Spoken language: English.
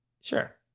Sure